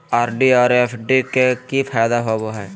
RD और FD के की फायदा होबो हइ?